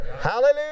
Hallelujah